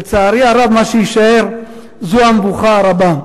לצערי הרב, מה שיישאר זו המבוכה הרבה,